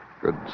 Good